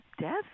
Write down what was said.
death